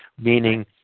meaning